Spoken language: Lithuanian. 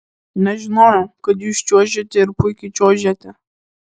nežinojau kad jūs čiuožiate ir puikiai čiuožiate